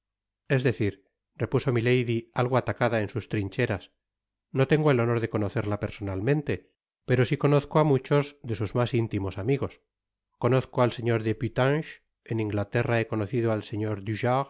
es decir repuso milady algo atacada en sus trincheras no tengo et honor de conocerla personalmente pero si conozco á muchos de sus mas intimos amigos conozco al señor de potange en inglaterra he conocido al señor